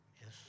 Yes